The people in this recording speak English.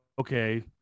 okay